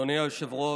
אדוני היושב-ראש,